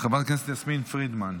חבר כנסת יסמין פרידמן,